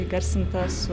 įgarsinta su